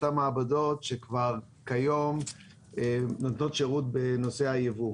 אותן מעבדות שכבר כיום נותנות שירות בנושא היבוא.